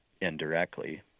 Indirectly